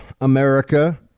America